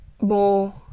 more